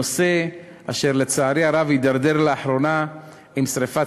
נושא אשר לצערי הרב הידרדר לאחרונה עם שרפת